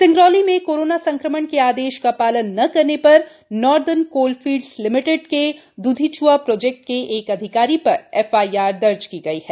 सिंगरौली में कोरोना संक्रमण के आदेश का पालन न करने पर नार्दन कोलफील्ड्स लिमिटेड के द्रधिच्आ प्रोजेक्ट के एक अधिकारी पर पर एफआईआर दर्ज की गई है